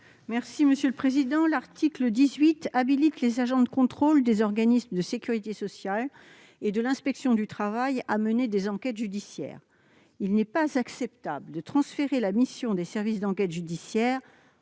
présenter l'amendement n° 14. L'article 18 habilite les agents de contrôle des organismes de sécurité sociale et de l'inspection du travail à mener des enquêtes judiciaires. Il n'est pas acceptable de transférer la mission des services d'enquête judiciaire